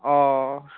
ওহ